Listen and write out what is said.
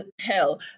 hell